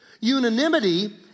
Unanimity